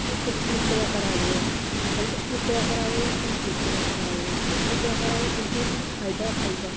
तुस किस तरिके दा करा दे हो गल्त तरिके दा करा दे हो जां स्हेई तरिके दा करा दे ओह् उसी स्हेई तरिके दा करा दे हो तुसे फिह् फाय्दा ही फाय्दा ऐ